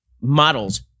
models